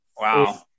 wow